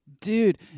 Dude